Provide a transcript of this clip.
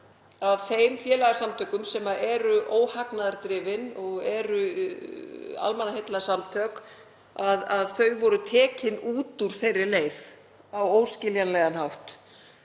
að félagasamtök sem eru óhagnaðardrifin og eru almannaheillasamtök voru tekin út úr þeirri leið á óskiljanlegan hátt.